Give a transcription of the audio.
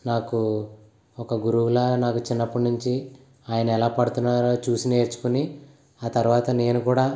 నాకు ఒక గురువులాగా నాకు చిన్నప్పటి నుంచి ఆయన ఎలా పడుతున్నారో చూసి నేర్చుకుని ఆ తరువాత నేను కూడా